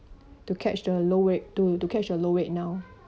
to catch the low rate to to catch a low rate now